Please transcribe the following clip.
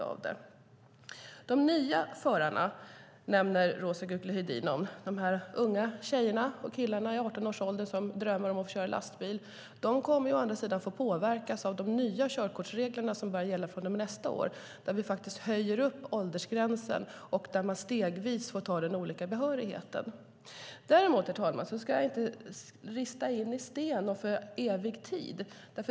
De nya förarna nämner Roza Güclü Hedin. De unga tjejerna och killarna i 18-årsåldern som drömmer om att få köra lastbil kommer ju att påverkas av de nya körkortsregler som börjar gälla från och med nästa år, där vi faktiskt höjer åldersgränsen och där man stegvis får ta olika behörigheter. Däremot, herr talman, ska jag inte rista in något i sten och för evig tid.